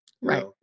right